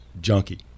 junkie